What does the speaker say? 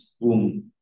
boom